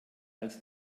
als